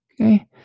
Okay